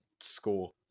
score